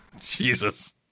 Jesus